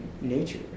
nature